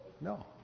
No